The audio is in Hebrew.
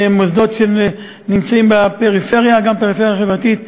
הם מוסדות שנמצאים בפריפריה, גם פריפריה חברתית.